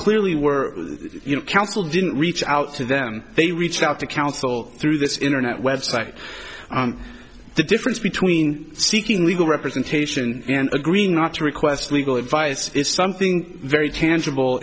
clearly were counsel didn't reach out to them they reached out to counsel through this internet website the difference between seeking legal representation and agreeing not to request legal advice is something very tangible